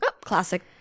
Classic